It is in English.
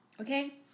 Okay